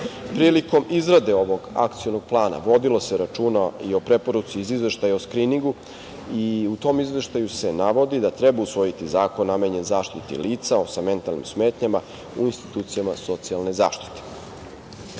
prava. Prilikom izrade ovog akcionog plana vodilo se računa i o preporuci iz Izveštaja o skriningu. U tom izveštaju se navodi da treba usvojiti zakon namenjen zaštiti lica sa mentalnim smetnjama u institucijama socijalne